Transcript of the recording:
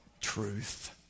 truth